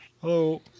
Hello